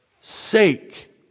sake